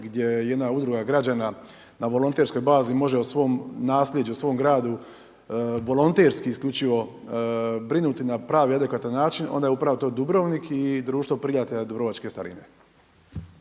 gdje jedna udruga građana na volonterskoj bazi može o svom nasljeđu, svom gradu, volonterski isključivo brinuti na pravi i adekvatan način onda je upravo to Dubrovnik i Društvo prijatelja dubrovačke starine.